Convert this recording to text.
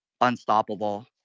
unstoppable